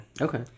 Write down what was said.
okay